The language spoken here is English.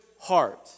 heart